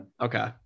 Okay